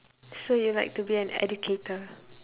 so you like to be an educator